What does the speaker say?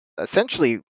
essentially